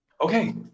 Okay